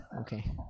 Okay